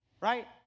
right